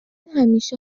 همیشه